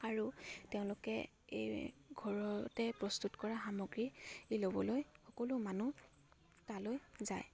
আৰু তেওঁলোকে এই ঘৰতে প্ৰস্তুত কৰা সামগ্ৰী ই ল'বলৈ সকলো মানুহ তালৈ যায়